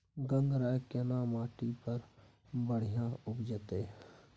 गंगराय केना माटी पर बढ़िया उपजते?